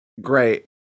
great